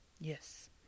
Yes